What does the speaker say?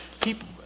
people